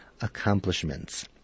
accomplishments